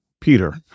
Peter